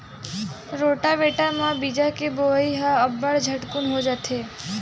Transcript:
rotavator म बीजा के बोवई ह अब्बड़ झटकुन हो जाथे